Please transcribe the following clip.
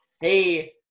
hey